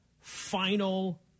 final